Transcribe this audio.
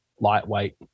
lightweight